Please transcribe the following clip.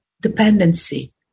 dependency